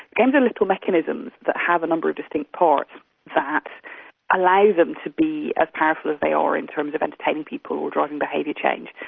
games are little mechanisms that have a number of different parts that allow them to be as powerful as they are in terms of entertaining people, or driving behaviour change.